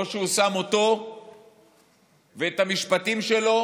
או כי הוא שם אותו ואת המשפטים שלו